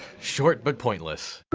short but pointless